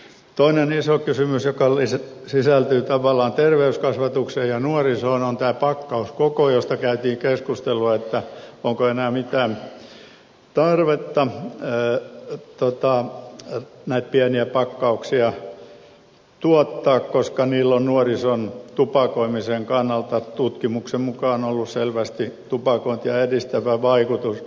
toinen iso kysymys joka liittyy tavallaan terveyskasvatukseen ja nuorisoon on tämä pakkauskoko josta käytiin keskustelua onko enää mitään tarvetta näitä pieniä pakkauksia tuottaa koska niillä on nuorison tupakoimisen kannalta tutkimuksen mukaan ollut selvästi tupakointia edistävä vaikutus